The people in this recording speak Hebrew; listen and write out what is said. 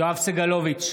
יואב סגלוביץ'